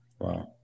Wow